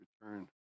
return